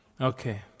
Okay